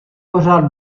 pořád